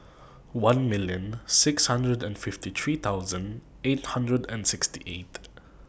one million six hundred and fifty three thousand eight hundred and sixty eight